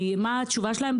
כי מה התשובה שלהם?